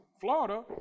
Florida